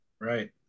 right